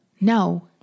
no